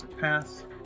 Pass